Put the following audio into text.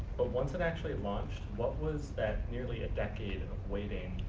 but once it actually launched, what was that nearly a decade waiting?